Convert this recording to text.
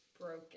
broken